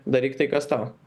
daryk tai kas tau